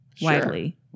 widely